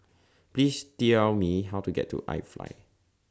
Please Tell Me How to get to I Fly